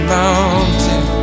mountain